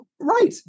Right